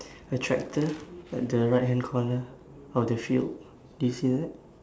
a tractor at the right hand corner of the field do you see that